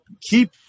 keep –